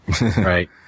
Right